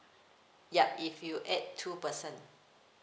yup if you add two person